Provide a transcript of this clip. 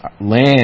Land